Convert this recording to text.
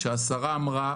כשהשרה אמרה,